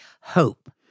Hope